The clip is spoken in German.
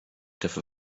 dafür